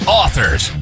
authors